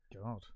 God